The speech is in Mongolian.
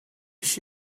биш